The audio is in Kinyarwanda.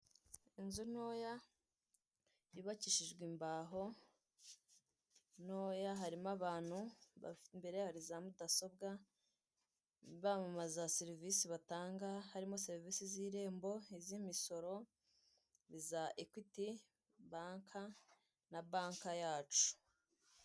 Inzu ntoya yubakishijwe imbaho ntoya, harimo abantu imbere yabo hari za mudasobwa, bamamaza serivise batanga, harimo serivise z'irembo, iz'imisoro, iza ekwiti banka na banka yacu.